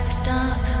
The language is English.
stop